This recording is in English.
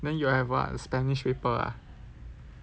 then you have what spanish paper ah